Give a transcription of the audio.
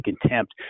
contempt